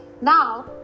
Now